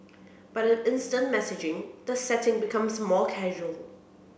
but in instant messaging the setting becomes more casual